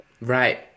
right